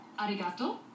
arigato